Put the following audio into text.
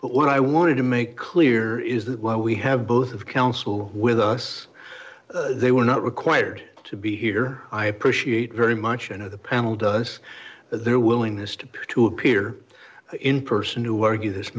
but what i want to make clear is that while we have both of counsel with us they were not required to be here i appreciate very much into the panel does their willingness to to appear in person who argue this